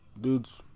Dude's